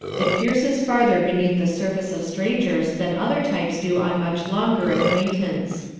it pierces farther beneath the surface of strangers than other types do on much longer acquaintance.